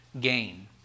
gain